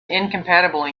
incompatible